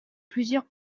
plusieurs